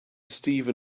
steven